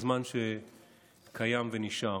בזמן שקיים ונשאר.